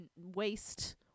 waste